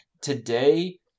Today